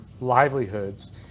livelihoods